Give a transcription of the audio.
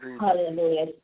Hallelujah